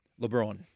LeBron